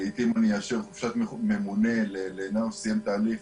לעתים אני אאשר חופשת ממונה לנער שסיים תהליך